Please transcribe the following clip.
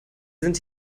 sind